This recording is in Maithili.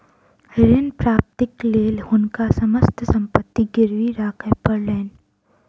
ऋण प्राप्तिक लेल हुनका समस्त संपत्ति गिरवी राखय पड़लैन